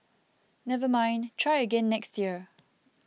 never mind try again next year